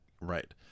Right